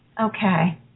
Okay